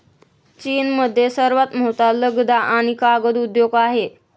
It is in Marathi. चीनमध्ये सर्वात मोठा लगदा आणि कागद उद्योग आहे